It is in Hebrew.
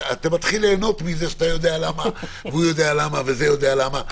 אתה מתחיל ליהנות מזה שאתה יודע למה והוא יודע למה וזה יודע למה.